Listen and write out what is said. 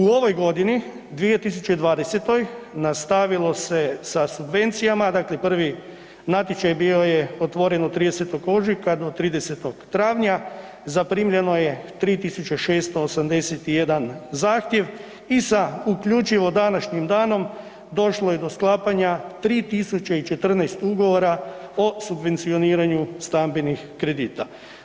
U ovoj godini 2020. nastavilo se sa subvencijama, dakle prvi natječaj bio je otvoren od 30. ožujka do 30. travnja, zaprimljeno je 3.681 zahtjev i sa uključivo današnjim danom došlo je do sklapanja 3.014 ugovora o subvencioniranju stambenih kredita.